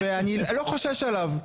ואני לא חושש עליו,